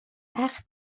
وقت